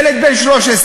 ילד בן 13,